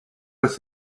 with